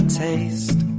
taste